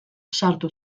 sartu